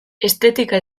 estetika